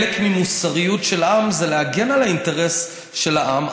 חלק ממוסריות של עם זה להגן על האינטרס של העם.